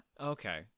Okay